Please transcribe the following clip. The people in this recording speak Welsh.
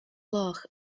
gloch